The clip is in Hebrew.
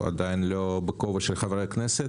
עדיין לא בכובע של חברי כנסת.